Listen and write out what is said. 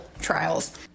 trials